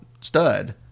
stud